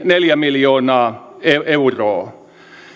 neljä miljoonaa euroa